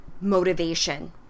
motivation